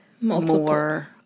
more